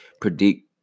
predict